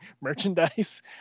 merchandise